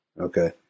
okay